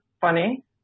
funny